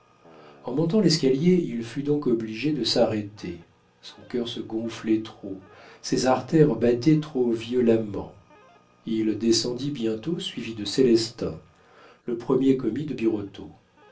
en montant l'escalier il fut donc obligé de s'arrêter son cœur se gonflait trop ses artères battaient trop violemment il descendit bientôt suivi de célestin le premier commis de birotteau